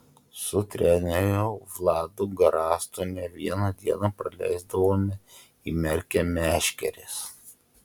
su treneriu vladu garastu ne vieną dieną praleisdavome įmerkę meškeres